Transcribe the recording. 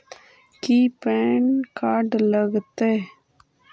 की PAN card लग तै?